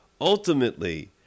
Ultimately